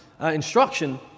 instruction